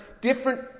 Different